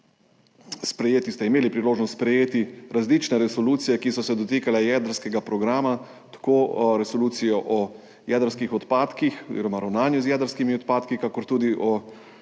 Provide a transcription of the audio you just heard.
imeli priložnost sprejeti različne resolucije, ki so se dotikale jedrskega programa, tako resolucijo o jedrskih odpadkih oziroma ravnanju z jedrskimi odpadki kakor tudi o